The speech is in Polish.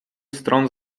stron